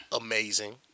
amazing